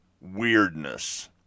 weirdness